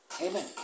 Amen